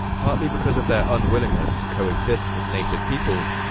partly because of their unwillingness to coexist with native peoples,